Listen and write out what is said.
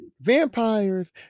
vampires